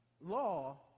law